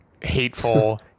hateful